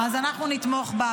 אז אנחנו נתמוך בה.